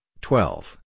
twelve